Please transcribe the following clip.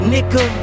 Nigga